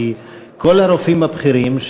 כי כל הרופאים הבכירים,